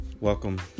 Welcome